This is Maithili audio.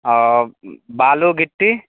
आ बालू गिट्टी